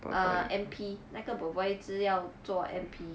err M_P 那个 boy boy 是要做 M_P